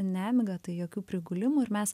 nemiga tai jokių prigulimų ir mes